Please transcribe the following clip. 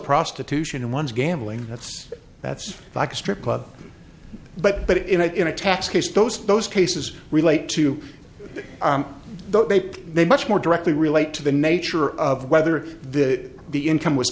prostitution and one's gambling that's that's like a strip club but but in a in a tax case those those cases relate to the rape they much more directly relate to the nature of whether the the income was